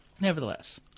Nevertheless